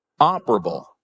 operable